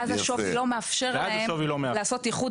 ואז השווי לא מאפשר להם לעשות איחוד